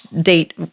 date